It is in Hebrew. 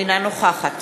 אינה נוכחת